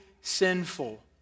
sinful